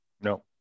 No